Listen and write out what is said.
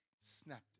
snapped